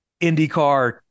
IndyCar